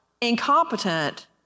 incompetent